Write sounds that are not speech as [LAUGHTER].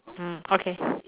mm okay [BREATH]